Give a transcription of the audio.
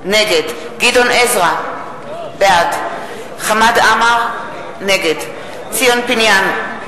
נגד גדעון עזרא, בעד חמד עמאר, נגד ציון פיניאן,